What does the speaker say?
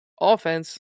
Offense